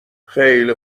خیلی